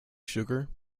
sugar